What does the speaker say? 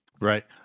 right